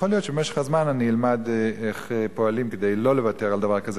יכול להיות שבמשך הזמן אני אלמד איך פועלים כדי לא לוותר על דבר כזה,